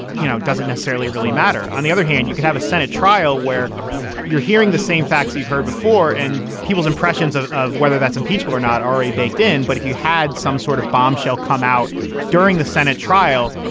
you know, it doesn't necessarily really matter. on the other hand, you can have a senate trial where you're hearing the same facts you've heard before and people's impressions of of whether that's impeachable or not already baked in. but if you had some sort of bombshell come out during the senate trial,